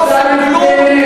לא עושים כלום,